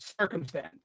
circumstance